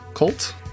Colt